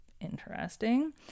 Interesting